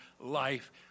life